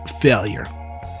Failure